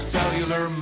Cellular